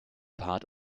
part